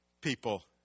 people